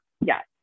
Yes